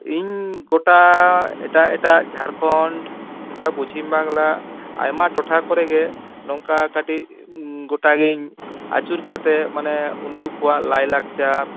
ᱤᱧ ᱜᱚᱴᱟ ᱮᱴᱟᱜ ᱮᱴᱟᱜ ᱡᱷᱟᱲᱠᱷᱚᱱᱰ ᱚᱱᱠᱟ ᱯᱚᱪᱷᱤᱢ ᱵᱟᱝᱞᱟ ᱟᱭᱢᱟ ᱴᱚᱴᱷᱟ ᱠᱚᱨᱮ ᱜᱮ ᱱᱚᱝᱠᱟ ᱠᱟᱹᱴᱤᱡ ᱜᱚᱴᱟᱜᱤᱧ ᱟᱹᱪᱩᱨ ᱠᱟᱛᱮ ᱢᱟᱱᱮ ᱩᱱᱠᱩ ᱠᱚᱣᱟᱜ ᱞᱟᱭᱞᱟᱠᱪᱟᱨ